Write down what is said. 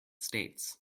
states